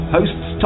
Hosts